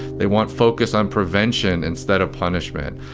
they want focus on prevention instead of punishment,